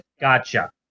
gotcha